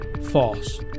False